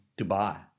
Dubai